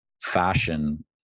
fashion